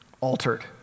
altered